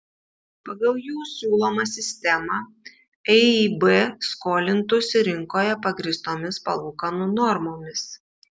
pagal jų siūlomą sistemą eib skolintųsi rinkoje pagrįstomis palūkanų normomis